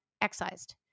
excised